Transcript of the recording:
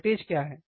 voltage क्या है